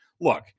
look